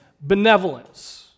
benevolence